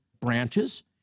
branches